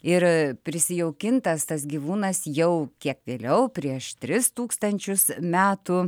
ir prisijaukintas tas gyvūnas jau kiek vėliau prieš tris tūkstančius metų